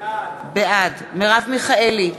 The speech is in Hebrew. בעד מרב מיכאלי,